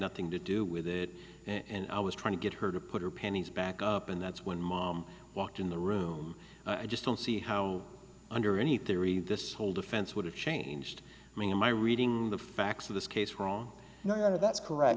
nothing to do with it and i was trying to get her to put her panties back up and that's when mom walked in the room i just don't see how under any theory this whole defense would have changed i mean my reading the facts of this case wrong no that's correct